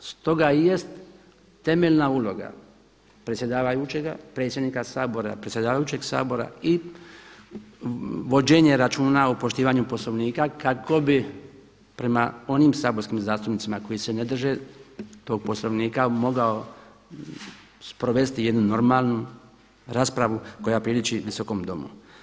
Stoga jest temeljna uloga predsjedavajućega, predsjednika Sabora, predsjedavajućeg Sabora i vođenje računa o poštivanju Poslovnika kako bi prema onim saborskim zastupnicima koji se ne drže tog poslovnika mogao sprovesti jednu normalnu raspravu koja priliči Visokom domu.